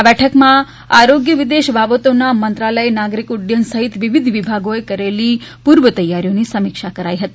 આ બેઠકમાં આરોગ્ય વિદેશ બાબતોના મંત્રાલય નાગરિક ઉડ્ડયન સહિત વિવિધ વિભાગોએ કેરલી પૂર્વતૈયારીની સમીક્ષા કરાઇ હતી